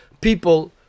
people